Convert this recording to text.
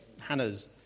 Hannah's